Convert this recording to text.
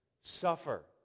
suffer